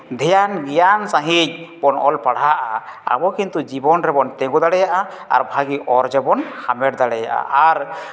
ᱫᱷᱮᱭᱟᱱ ᱜᱮᱭᱟᱱ ᱥᱟᱺᱦᱤᱡ ᱵᱚᱱ ᱚᱞ ᱯᱟᱲᱦᱟᱜᱼᱟ ᱟᱵᱚ ᱠᱤᱱᱛᱩ ᱡᱤᱵᱚᱱ ᱨᱮᱵᱚᱱ ᱛᱤᱸᱜᱩ ᱫᱟᱲᱮᱭᱟᱜᱼᱟ ᱟᱨ ᱵᱷᱟᱹᱜᱤ ᱚᱨᱡᱚ ᱵᱚᱱ ᱦᱟᱢᱮᱴ ᱫᱟᱲᱮᱭᱟᱜᱼᱟ ᱟᱨ